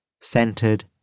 centered